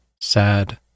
sad